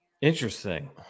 Interesting